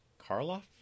Karloff